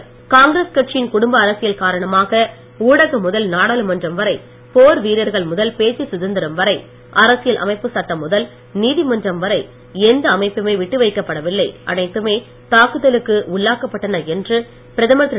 மோடி ராகுல் காங்கிரஸ் கட்சியின் குடும்ப அரசியல் காரணமாக ஊடகம் முதல் நாடாளுமன்றம் வரை போர் வீரர்கள் முதல் பேச்சு சுதந்திரம் வரை அரசியல் அமைப்பு சட்டம் முதல் நீதிமன்றம் வரை எந்த அமைப்புமே விட்டுவைக்கப் அனைத்துமே தாக்குதலுக்கு உள்ளாக்கப்பட்டன என்று பிரதமர் திரு